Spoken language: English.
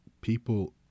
People